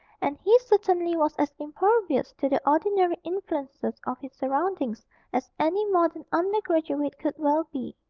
and he certainly was as impervious to the ordinary influences of his surroundings as any modern under-graduate could well be.